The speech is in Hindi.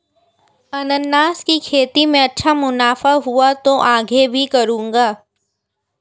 अनन्नास की खेती में अच्छा मुनाफा हुआ तो आगे भी करूंगा